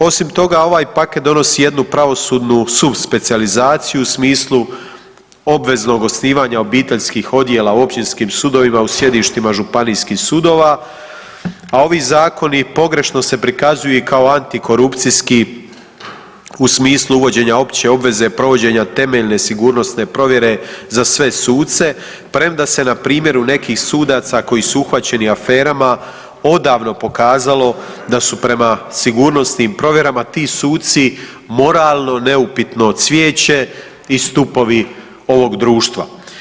Osim toga ovaj paket donosi jednu pravosudnu subspecijalizaciju u smislu obveznog osnivanja obiteljskih odjela u općinskim sudovima u sjedištima županijskih sudova, a ovi zakoni pogrešno se prikazuju i kao antikorupcijski u smislu uvođenja opće obveze provođenja temeljne sigurnosne provjere za sve suce premda se na primjeru nekih sudaca koji su uhvaćeni u aferama odavno pokazalo da su prema sigurnosnim provjerama ti suci moralno neupitno cvijeće i stupovi ovog društva.